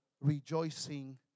Rejoicing